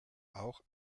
auch